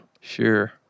Sure